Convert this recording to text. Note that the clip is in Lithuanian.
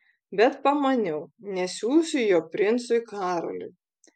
bet pamaniau nesiųsiu jo princui karoliui